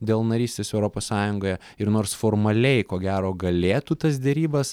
dėl narystės europos sąjungoje ir nors formaliai ko gero galėtų tas derybas